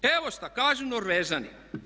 Evo šta kažu Norvežani.